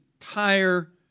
entire